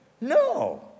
No